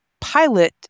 pilot